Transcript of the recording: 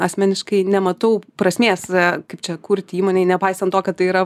asmeniškai nematau prasmės kaip čia kurti įmonei nepaisant to kad tai yra